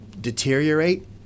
deteriorate